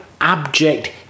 abject